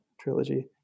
trilogy